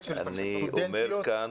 של הסטודנטיות וסטודנטים --- אני אומר כאן,